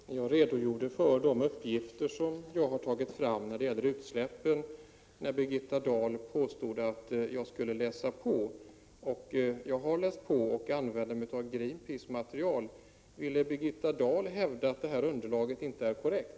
Herr talman! Jag redogjorde för de uppgifter som jag har tagit fram när det gäller utsläppen. Birgitta Dahl sade att jag skulle läsa på. Jag har läst på och använt mig av Greenpeaces material. Vill Birgitta Dahl hävda att det underlaget inte är korrekt?